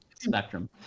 Spectrum